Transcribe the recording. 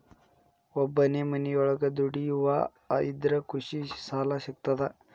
ಒಬ್ಬನೇ ಮನಿಯೊಳಗ ದುಡಿಯುವಾ ಇದ್ರ ಕೃಷಿ ಸಾಲಾ ಸಿಗ್ತದಾ?